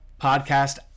podcast